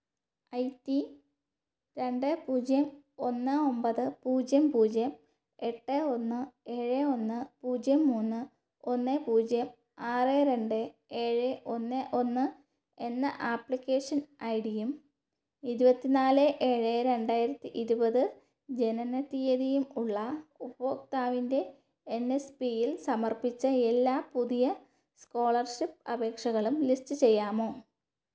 I T രണ്ട് പൂജ്യം ഒന്ന് ഒമ്പത് പൂജ്യം പൂജ്യം എട്ട് ഒന്ന് ഏഴ് ഒന്ന് പൂജ്യം മൂന്ന് ഒന്ന് പൂജ്യം ആറ് രണ്ട് ഏഴ് ഒന്ന് ഒന്ന് എന്ന ആപ്ലിക്കേഷൻ ഐഡിയും ഇരുപത്തി നാല് ഏഴ് രണ്ടായിരത്തി ഇരുപത് ജനന തീയ്യതിയും ഉള്ള ഉപഭോക്താവിന്റെ എന് എസ് പിയിൽ സമർപ്പിച്ച എല്ലാ പുതിയ സ്കോളർഷിപ്പ് അപേക്ഷകളും ലിസ്റ്റ് ചെയ്യാമോ